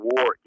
War